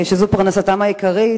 שזו פרנסתם העיקרית,